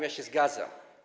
Ja się zgadzam.